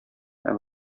һәм